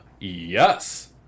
Yes